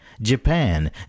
Japan